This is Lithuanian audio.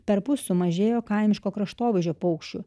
perpus sumažėjo kaimiško kraštovaizdžio paukščių